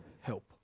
help